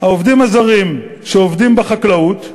העובדים הזרים שעובדים בחקלאות,